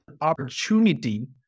opportunity